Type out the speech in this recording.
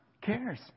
cares